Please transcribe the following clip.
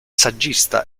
saggista